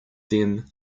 them